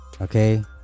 Okay